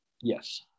Yes